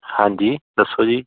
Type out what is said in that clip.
ਹਾਂਜੀ ਦੱਸੋ ਜੀ